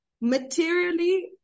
materially